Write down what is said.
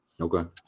Okay